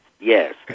yes